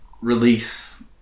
release